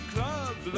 Club